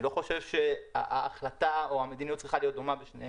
אני לא חושב שההחלטה או המדיניות צריכה להיות דומה בשניהם.